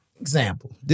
Example